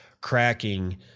cracking